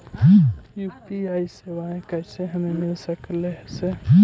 UPI सेवाएं कैसे हमें मिल सकले से?